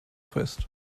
fest